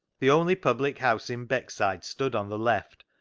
the only public-house in beckside stood on the left,